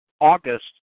August